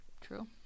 True